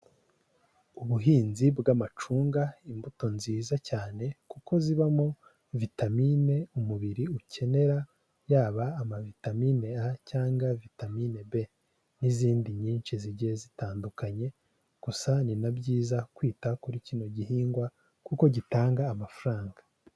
Ubuhinzi bw'amacunga ni imbuto nziza cyane kuko zibamo vitamine umubiri ukenera, yaba amavitamine A cyangwa vitamine B n'izindi nyinshi zigiye zitandukanye, gusa ni na byiza kwita kuri kino gihingwa kuko gitanga amafaranga.